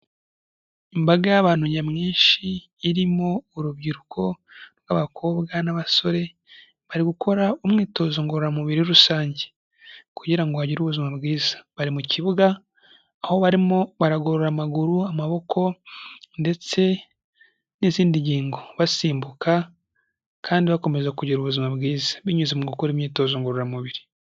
Imbaga y'abantu nyamwinshi irimo urubyiruko rw'abakobwa n'abasore bari gukora umwitozo ngororamubiri rusange kugira ngo bagire ubuzima bwiza, bari mukibuga aho barimo baragorora amaguru, amaboko ndetse n'izindi ngingo basimbuka kandi bakomeza kugira ubuzima bwiza.